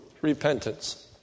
repentance